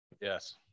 Yes